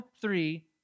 three